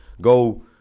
go